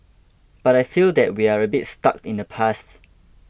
but I feel that we are a bit stuck in the past